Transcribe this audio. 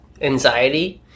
anxiety